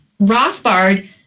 Rothbard